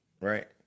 right